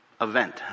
event